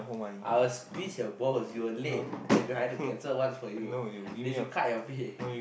I will squeeze your balls you were late and I had to cancel once for you they should cut your pay